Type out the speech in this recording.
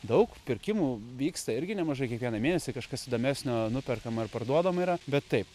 daug pirkimų vyksta irgi nemažai kiekvieną mėnesį kažkas įdomesnio nuperkama ir parduodama yra bet taip